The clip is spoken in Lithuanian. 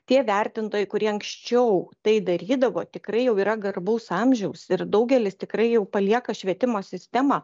tie vertintojai kurie anksčiau tai darydavo tikrai jau yra garbaus amžiaus ir daugelis tikrai jau palieka švietimo sistemą